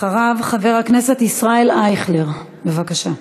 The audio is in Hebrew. חבר הכנסת ישראל אייכלר, בבקשה.